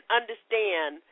understand